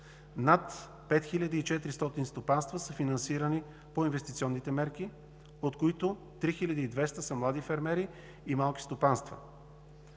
над 5400 стопанства са финансирани по инвестиционните мерки, от които 3200 са млади фермери и малки стопанства.